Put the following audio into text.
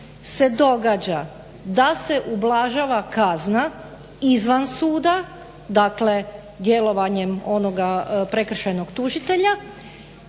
se događa da se ublažava kazna izvan suda, dakle djelovanjem onog prekršajnog tužitelja,